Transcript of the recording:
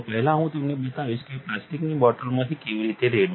પહેલા હું તમને બતાવીશ કે પ્લાસ્ટિકની બોટલમાંથી કેવી રીતે રેડવું